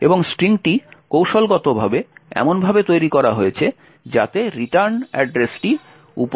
এবং স্ট্রিংটি কৌশলগতভাবে এমনভাবে তৈরি করা হয়েছে যাতে রিটার্ন অ্যাড্রেসটি উপস্থিত থাকে